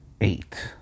eight